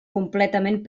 completament